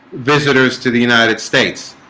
visitors to the united states